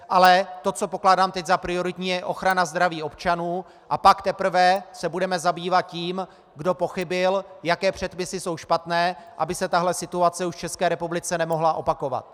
Ale to, co pokládám teď za prioritní, je ochrana zdraví občanů, a pak teprve se budeme zabývat tím, kdo pochybil, jaké předpisy jsou špatné, aby se tahle situace už v České republice nemohla opakovat.